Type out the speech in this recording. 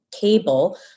cable